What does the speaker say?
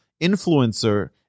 influencer